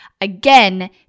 again